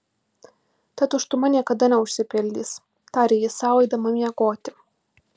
ta tuštuma niekada neužsipildys tarė ji sau eidama miegoti